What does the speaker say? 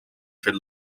fet